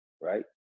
right